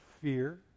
fear